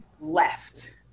Left